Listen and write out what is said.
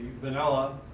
vanilla